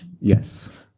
Yes